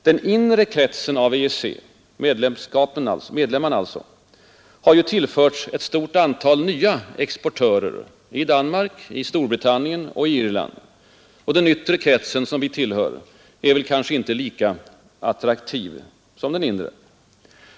Den inre kretsen av EEC — medlemmarna alltså har ju tillförts ett stort antal nya exportörer — i Danmark, i Storbritannien och i Irland, och den yttre kretsen, som vi tillhör, är kanske inte lika attraktiv som den inre.